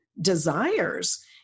Desires